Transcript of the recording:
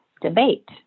debate